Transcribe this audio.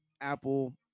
apple